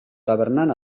tabernan